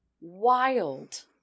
Wild